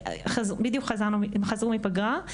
בדיוק חזרו מפגרה,